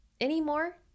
anymore